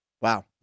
Wow